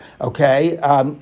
Okay